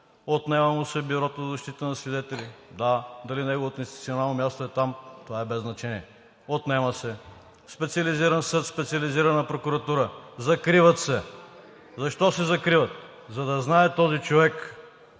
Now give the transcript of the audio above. отнема му се Бюрото за защита на свидетели – да, дали неговото институционално място е там, това е без значение – отнема се, Специализираният съд, специализираната прокуратура – закриват се. Защо се закриват? За да знае този човек,